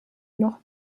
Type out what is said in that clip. noch